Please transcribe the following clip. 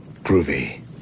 Groovy